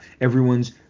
Everyone's